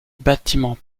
bâtiment